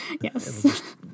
Yes